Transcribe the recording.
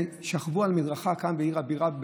שכבו על המדרכה כאן בעיר הבירה,